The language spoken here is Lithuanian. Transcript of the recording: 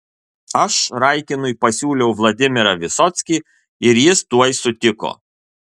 aš raikinui pasiūliau vladimirą visockį ir jis tuoj sutiko